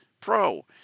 Pro